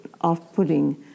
off-putting